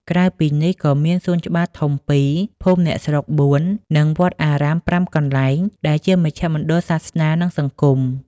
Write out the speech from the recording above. ក្រៅពីនេះ ក៏មានសួនច្បារធំ ២ ភូមិអ្នកស្រុក ៤ និងវត្តអារាម ៥ កន្លែង ដែលជាមជ្ឈមណ្ឌលសាសនា និងសង្គម។